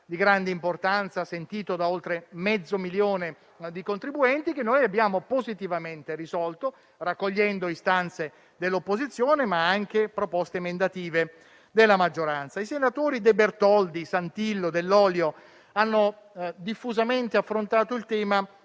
di grande importanza, sentito da oltre mezzo milione di contribuenti, che abbiamo positivamente risolto, raccogliendo istanze dell'opposizione, ma anche proposte emendative della maggioranza. I senatori De Bertoldi, Santillo e Dell'Olio hanno diffusamente affrontato il tema